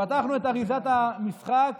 פתחנו את אריזת המשחק